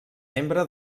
membre